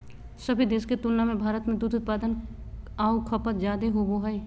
सभे देश के तुलना में भारत में दूध उत्पादन आऊ खपत जादे होबो हइ